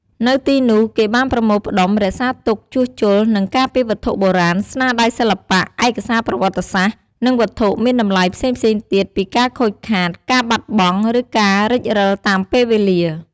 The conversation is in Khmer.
នៅទីនោះគេបានប្រមូលផ្ដុំ រក្សាទុក ជួសជុល និងការពារវត្ថុបុរាណ ស្នាដៃសិល្បៈ ឯកសារប្រវត្តិសាស្ត្រ និងវត្ថុមានតម្លៃផ្សេងៗទៀតពីការខូចខាត ការបាត់បង់ ឬការរិចរិលតាមពេលវេលា។